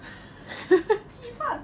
鸡饭